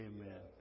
Amen